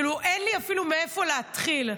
כאילו, אין לי אפילו מאיפה להתחיל.